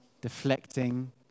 deflecting